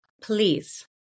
please